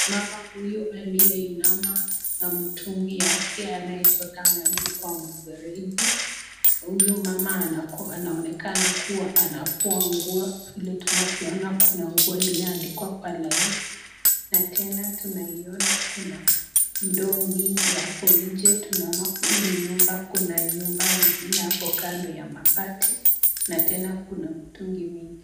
Mama huyu aliyeinama na mtungi yake anaichota maji kwa mfereji, uyu mama anaonekana kuwa anafua nguo vile tunavyoona kuna nguo iliyoandikwa kwa laini, na tena tunaiona kuna ndoo mingi hapo nje tunaona hii ni nyumba kuna nyumba ingine hapo kando ya mabati.